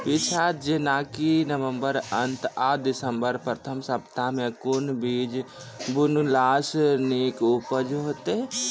पीछात जेनाकि नवम्बर अंत आ दिसम्बर प्रथम सप्ताह मे कून बीज बुनलास नीक उपज हेते?